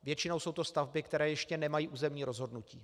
Většinou jsou to stavby, které ještě nemají územní rozhodnutí.